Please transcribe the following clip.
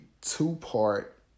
two-part